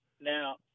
Now